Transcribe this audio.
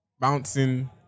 bouncing